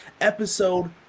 episode